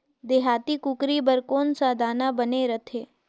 देहाती कुकरी बर कौन सा दाना बने रथे?